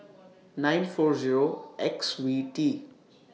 nine four Zero X V T